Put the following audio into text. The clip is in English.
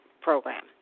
program